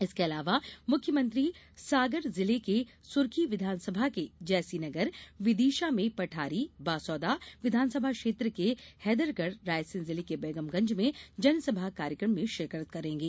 इसके अलावा मुख्य मुख्यमंत्री सागर जिले के सुरखी विधानसभा के जैसीनगर विदिशा में पठारी बासोदा विधानसभा क्षेत्र के हैदरगढ़ रायसेन जिले के बेगमगंज में जनसभा कार्यक्रम शिकरत करेंगे